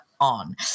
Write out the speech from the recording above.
on